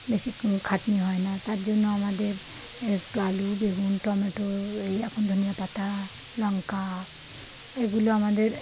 বেশি খাটনি হয় না তার জন্য আমাদের একটু আলু বেগুন টমেটো এই এখন ধনিয়া পাতা লঙ্কা এগুলো আমাদের